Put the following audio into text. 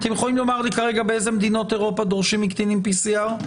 אתם יכולים לומר לי באיזה מדינות אירופה דורשים מקטינים בדיקת PCR?